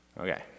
okay